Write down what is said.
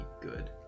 good